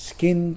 Skin